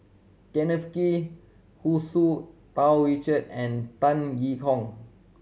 Kenneth Kee Hu Tsu Tau Richard and Tan Yee Hong